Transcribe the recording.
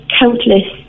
countless